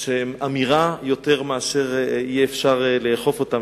שהם אמירה יותר מאשר יהיה אפשר לאכוף אותם,